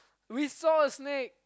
we saw a snake